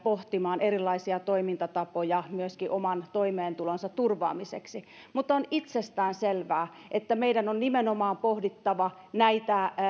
pohtimaan erilaisia toimintatapoja myöskin oman toimeentulonsa turvaamiseksi mutta on itsestäänselvää että meidän on nimenomaan pohdittava näitä